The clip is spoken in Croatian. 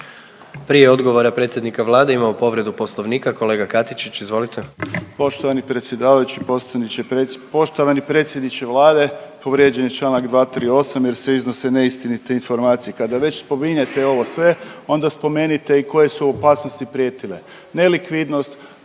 Prije odgovora predsjednika Vlade imamo povredu Poslovnika, kolega Katičić izvolite. **Katičić, Krunoslav (HDZ)** Poštovani predsjedavajući, poštovani predsjedniče Vlade povrijeđen je Članak 238. jer se iznose neistinite informacije. Kada već spominjete ovo sve onda spomenite i tko je su opasnosti prijetile. Nelikvidnost,